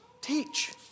teach